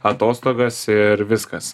atostogas ir viskas